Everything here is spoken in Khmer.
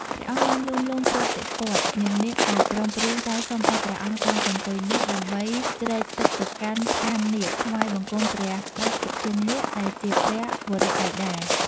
ព្រះអង្គបានលួងលោមប្រតិព័ទ្ធ នាងនាគក៏ព្រមព្រៀងតែសុំឲ្យព្រះអង្គតោងកន្ទុយនាគ ដើម្បីជ្រែកទឹកទៅកាន់ឋាននាគ ថ្វាយបង្គំព្រះបាទភុជង្គនាគដែលជាព្រះវរបិតា ។